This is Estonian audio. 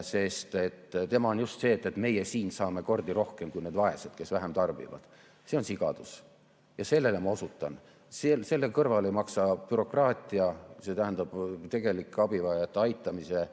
sest see on just see, [mille puhul] meie siin saame kordi rohkem kui need vaesed, kes vähem tarbivad. See on sigadus ja sellele ma osutan. Selle kõrval ei maksa bürokraatia, see tähendab tegelike abivajajate aitamisele